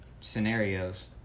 scenarios